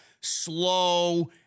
slow